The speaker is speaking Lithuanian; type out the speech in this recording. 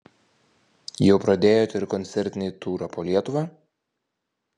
jau pradėjote ir koncertinį turą po lietuvą